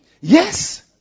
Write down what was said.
Yes